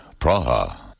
Praha